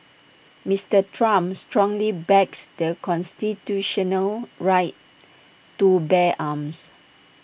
Mister Trump strongly backs the constitutional right to bear arms